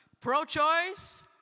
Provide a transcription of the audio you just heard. Pro-choice